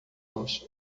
los